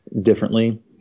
differently